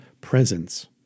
presence